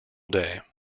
day